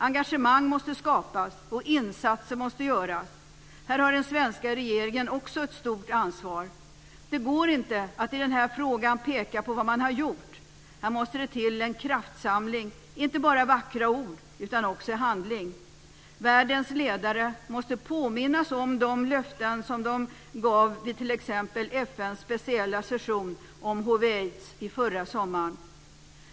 Engagemang måste skapas, och insatser måste göras. Här har den svenska regeringen också ett stort ansvar. Det går inte att i den här frågan peka på vad man har gjort. Här måste det till en kraftsamling, inte bara i vackra ord utan också i handling. Världens ledare måste påminnas om de löften som de gav vid t.ex. FN:s speciella session om hiv/aids förra sommaren.